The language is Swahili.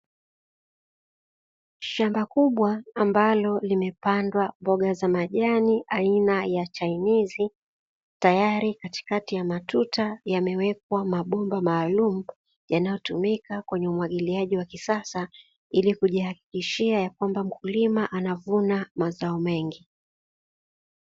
Shamba kubwa ambalo limepandwa mboga za majani aina ya chainizi tayari katikati ya matuta yamewekwa mabomba maalum, yanayotumika kwenye umwagiliaji wa kisasa ili kujihakikishia ya kwamba mkulima anavuna mazao mengi.